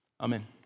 Amen